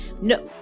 no